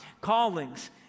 callings